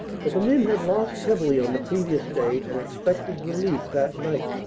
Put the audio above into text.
for the men had lost heavily on the previous day and expected relief that night.